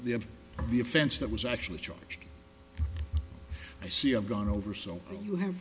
the offense that was actually changed i see i've gone over so you have